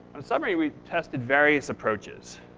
a submarine, we tested various approaches.